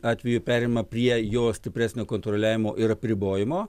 atveju pereina prie jos stipresnio kontroliavimo ir apribojimo